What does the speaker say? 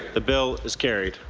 the bill is carried.